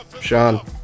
Sean